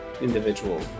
individual